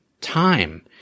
Time